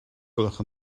gwelwch